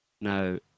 Now